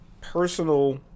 personal